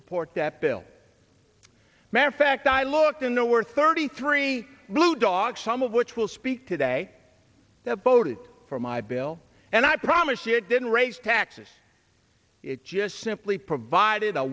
support that bill mahr fact i looked in there were thirty three blue dogs some of which will speak today that voted for my bill and i promise you it didn't raise taxes it just simply provided a